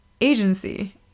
agency